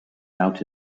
out